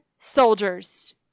soldiers